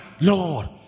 Lord